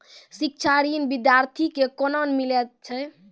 शिक्षा ऋण बिद्यार्थी के कोना मिलै छै?